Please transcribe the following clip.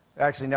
actually,